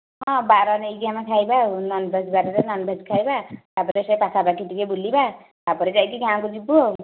ହଁ ବାର ନେଇକି ଆମେ ଖାଇବା ଆଉ ନନ୍ଭେଜ୍ ବାରରେ ନନ୍ଭେଜ୍ ଖାଇବା ତା'ପରେ ସେ ପାଖାପାଖି ଟିକିଏ ବୁଲିବା ତା'ପରେ ଯାଇକି ଗାଁକୁ ଯିବୁ ଆଉ